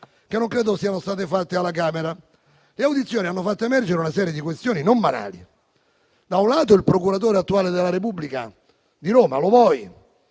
che non credo siano state fatte alla Camera. Le audizioni hanno fatto emergere una serie di questioni non banali. Da un lato, l'attuale procuratore della Repubblica di Roma Lo Voi